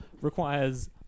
requires